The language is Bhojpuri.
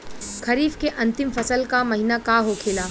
खरीफ के अंतिम फसल का महीना का होखेला?